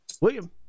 William